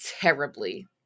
Terribly